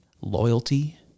loyalty